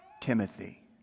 Timothy